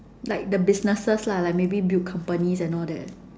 like the businesses lah like maybe build companies and all that